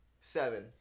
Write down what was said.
Seven